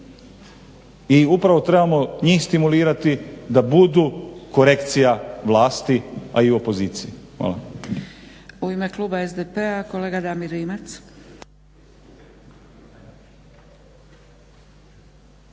i upravo trebamo njih stimulirati da budu korekcija vlasti, a i opozicije.